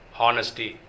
honesty